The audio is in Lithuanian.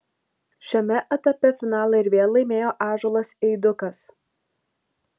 šiame etape finalą ir vėl laimėjo ąžuolas eidukas